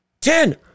ten